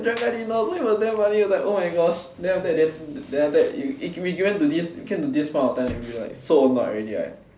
the other guy didn't know so it was damn funny like oh my gosh then after then then then after that it we went to this it came to this point of time where we were like so annoyed already right